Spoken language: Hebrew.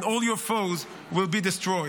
and all your foes will be destroyed.